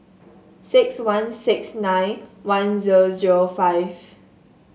six one six nine one zero zero five